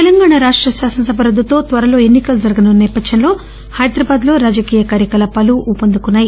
తెలంగాణ రాష్ట శాసనసభ రద్దుతో త్వరలో ఎన్సి కలు జరగనున్న నేపథ్యంలో హైదరాబాద్లో రాజకీయ కార్యకలాపాలు ఉపందుకున్నాయి